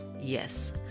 Yes